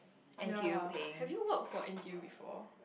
ya have you walk for interview before